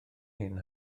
ein